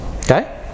Okay